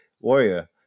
warrior